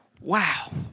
wow